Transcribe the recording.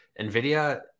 nvidia